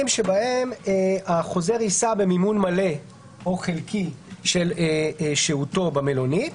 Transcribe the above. שבהם החוזר יישא במימון מלא או חלקי של שהותו במלונית.